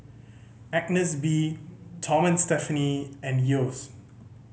Agnes B Tom and Stephanie and Yeo's